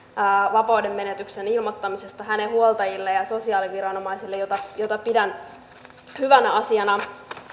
vapaudenmenetyksen ilmoittamisesta heidän huoltajilleen ja sosiaaliviranomaisille mitä pidän hyvänä asiana